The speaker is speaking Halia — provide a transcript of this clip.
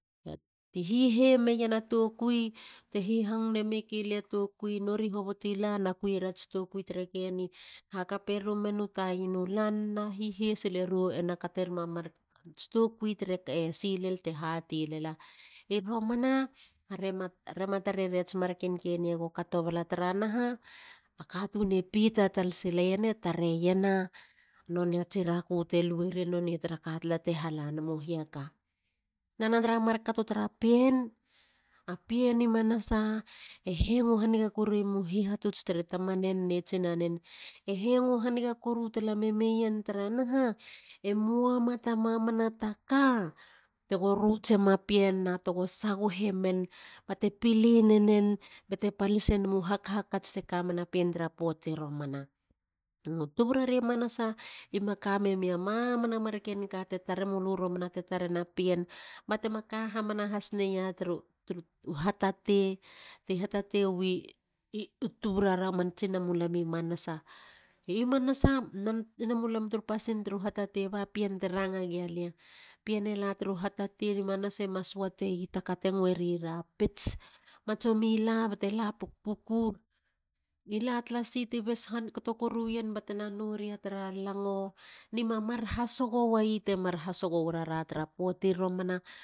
Ti hihe meien a tokui. Te hhihong nename ke li ats tokui. nori hoboti la na kuier ats tokui tre keni. Hakape rumen u tainu lan a hihe silerou ena kate rumats tokui tre si len te hatei lala. I romana are ma tarera mats marken keni ego kato bata taranaha katun e pita silena e tareiena nonei atsi raku te lueier nonei tra ka tala ti halanumu hiaka. lana tra mark kato tra pien. a pien i manasa e hengo haniga korueiema u hihatuts, tra tamanen ne tsinanen. E hengo haniga koru tala me meien tare naha e moa noa ta mamana ta ka tego rutsema pien na togo sagohemen bbate pilemenen bate palise namu hakhakats te ka mena pien tra poati romana. Tuburare manasa i ma kamemeia mamanna marken ka te ttare mulu i romana te tarena pien batema ka hamana has neiie tru hatatei. ma suatei a ka te nguerira pits. e la pukpuku. Poata ti bes yen i no lana hala. Ni ma mar hasogo weyi temar hasogo werara. tra poati romana